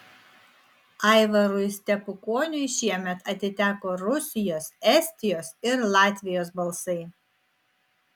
aivarui stepukoniui šiemet atiteko rusijos estijos ir latvijos balsai